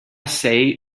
say